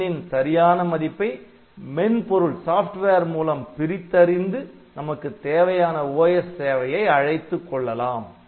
'n' ன் சரியான மதிப்பை மென்பொருள் மூலம் பிரித்தறிந்து நமக்கு தேவையான OS சேவையை அழைத்துக் கொள்ளலாம்